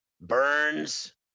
Burns